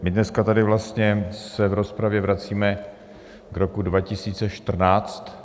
My dneska tady vlastně se v rozpravě vracíme k roku 2014.